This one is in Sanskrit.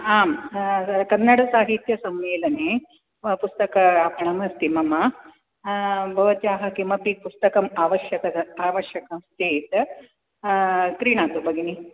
आं कन्नडसाहित्यसम्मेलने पुस्तक आपणमस्ति मम भवत्याः किमपि पुस्तकम् आवश्यकत आवश्यकं चेत् क्रीणातु भगिनि